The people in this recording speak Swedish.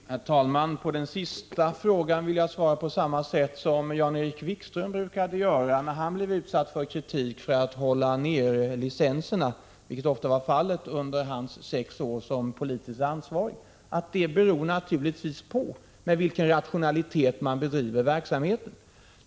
Herr talman! På den sista frågan vill jag svara på samma sätt som Jan-Erik Wikström brukade göra när han blev utsatt för kritik för att hålla nere licenserna, vilket ofta var fallet under hans sex år som politiskt ansvarig för Sveriges Radio: Det beror på med vilken rationalitet man bedriver verksamheten.